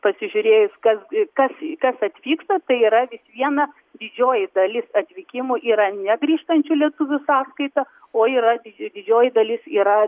pasižiūrėjus kas į kas kas atvyksta tai yra vis viena didžioji dalis atvykimų yra ne grįžtančių lietuvių sąskaita o yra did didžioji dalis yra